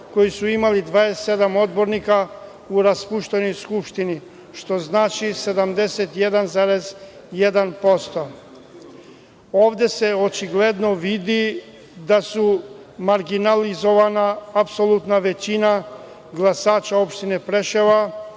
koji su imali 27 odbornika u raspuštanju Skupštine, što znači 71,1%.Ovde se očigledno vidi da je marginalizovana apsolutna većina glasača opštine Preševo,